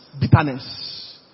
bitterness